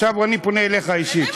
עכשיו אני פונה אליך אישית.